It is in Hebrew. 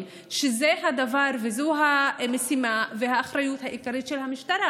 שזה דבר וזו משימה באחריות העיקרית של המשטרה.